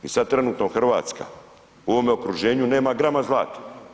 I sada trenutno Hrvatska u ovome okruženja nema grama zlata.